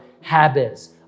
habits